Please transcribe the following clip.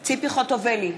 ציפי חוטובלי,